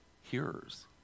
hearers